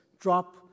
drop